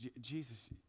Jesus